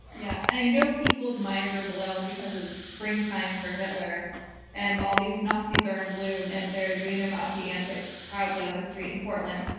yeah, and i know people's minds are blown because it's springtime for hitler and all these nazis are in bloom, and they're doing their nazi antics proudly on the street in portland.